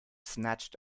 snatched